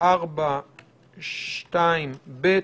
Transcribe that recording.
סעיף 4(2)(ב),